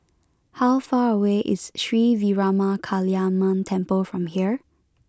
how far away is Sri Veeramakaliamman Temple from here